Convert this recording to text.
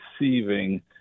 receiving